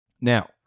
Now